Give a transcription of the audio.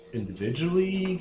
individually